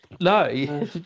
No